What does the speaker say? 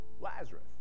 Lazarus